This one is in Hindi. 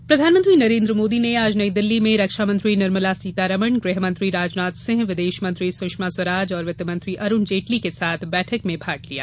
दिल्ली बैठक प्रधानमंत्री नरेन्द्र मोदी ने आज नई दिल्ली में रक्षामंत्री निर्मला सीतारामन गृहमंत्री राजनाथ सिंह विदेशमंत्री सुषमा स्वराज वित्तमंत्री अरूण जेटली के साथ बैठक में भाग लिया